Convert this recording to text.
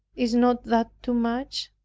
is not that too much?